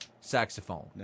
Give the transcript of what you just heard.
saxophone